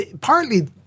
Partly